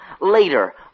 Later